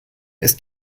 ist